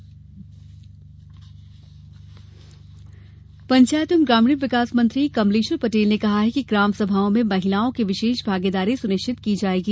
कमलेश्वर पटेल पंचायत एवं ग्रामीण विकास मंत्री कमलेश्वर पटेल ने कहा है कि ग्राम सभाओं में महिलाओं की विशेष भागीदारी सुनिश्चित की जायेगी